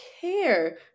care